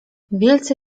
wielce